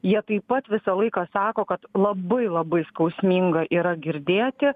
jie taip pat visą laiką sako kad labai labai skausminga yra girdėti